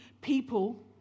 people